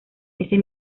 ese